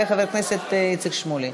וחבר הכנסת איציק שמולי,